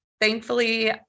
Thankfully